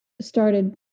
started